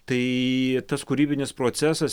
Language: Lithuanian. tai tas kūrybinis procesas